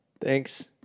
thanks